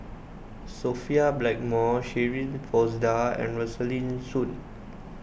Sophia Blackmore Shirin Fozdar and Rosaline Soon